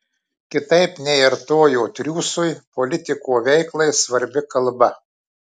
kitaip nei artojo triūsui politiko veiklai svarbi kalba